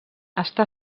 està